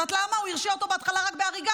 את יודעת למה הוא הרשיע אותו בהתחלה רק בהריגה?